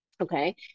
Okay